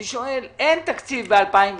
אם אין תקציב ב-2020.